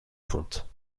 fonte